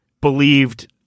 believed